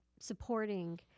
supporting